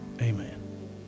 Amen